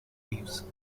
leaves